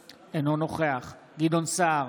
אינו נוכח יבגני סובה, אינו נוכח גדעון סער,